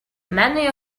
many